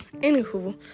Anywho